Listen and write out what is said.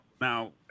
now